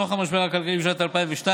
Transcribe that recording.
נוכח המשבר הכלכלי בשנת 2002,